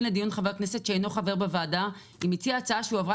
לדיון חבר כנסת שאינו חבר בוועדה אם הציע הצעה שהועברה